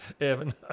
Evan